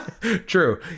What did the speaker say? True